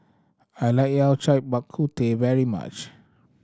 I like Yao Cai Bak Kut Teh very much